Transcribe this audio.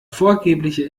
vorgebliche